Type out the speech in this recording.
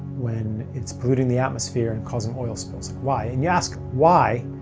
when it's polluting the atmosphere and causing oil spills? why? and you ask why?